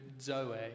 zoe